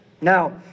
Now